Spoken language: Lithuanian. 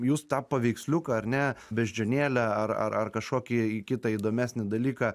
jūs tą paveiksliuką ar ne beždžionėlę ar ar kažkokį kitą įdomesnį dalyką